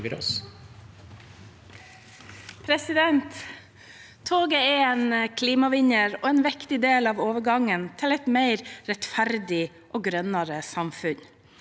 Toget er en klima- vinner og en viktig del av overgangen til et mer rettferdig og grønnere samfunn.